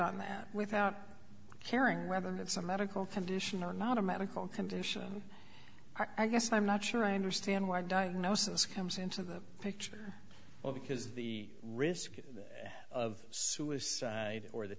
on that without caring whether have some medical condition or not a medical condition i guess i'm not sure i understand why diagnosis comes into the picture because the risk of suicide or the